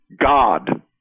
God